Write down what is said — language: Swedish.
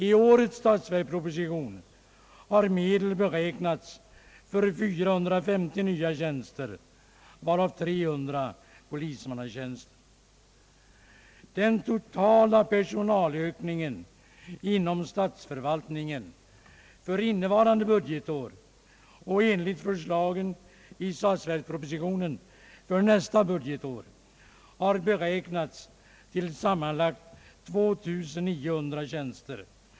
I årets statsverksproposition har medel beräknats för 450 nya tjänster, varav 300 polismannatjänster. Den totala personalökningen inom statsförvaltningen för innevarande budgetår och enligt förslagen i statsverkspropositionen för nästa budgetår har beräknats till 2 900 tjänster.